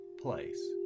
place